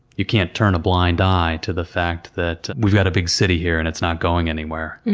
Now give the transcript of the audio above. you can't turn a blind eye to the fact that we've got a big city here and it's not going anywhere.